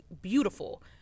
beautiful